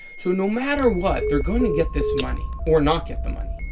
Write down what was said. so no matter what, they're going to get this money or not get the money,